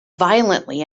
violently